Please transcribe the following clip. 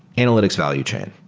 analytics value chain.